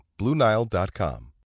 BlueNile.com